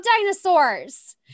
dinosaurs